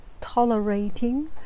tolerating